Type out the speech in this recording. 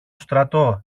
στρατό